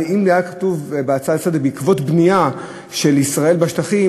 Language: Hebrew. אם היה כתוב בהצעה לסדר-היום "בעקבות בנייה של ישראל בשטחים",